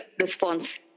response